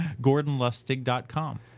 GordonLustig.com